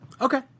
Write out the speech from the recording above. Okay